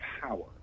power